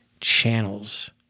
channels